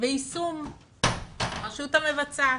ויישום הרשות המבצעת.